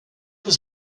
was